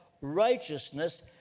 righteousness